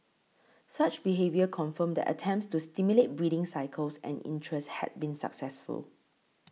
such behaviour confirmed that attempts to stimulate breeding cycles and interest had been successful